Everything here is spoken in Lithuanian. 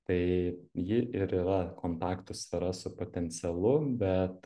tai ji ir yra kontaktų sfera su potencialu bet